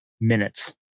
minutes